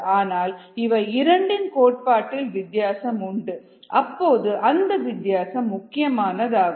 ஆனால் இவை இரண்டின் கோட்பாட்டில் வித்தியாசம் உண்டு அப்போது அந்த வித்தியாசம் முக்கியமானதாகும்